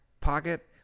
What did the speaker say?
pocket